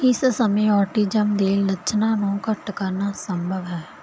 ਇਸ ਸਮੇਂ ਔਟਿਜ਼ਮ ਦੇ ਲੱਛਣਾਂ ਨੂੰ ਘੱਟ ਕਰਨਾ ਸੰਭਵ ਹੈ